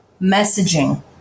messaging